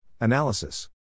Analysis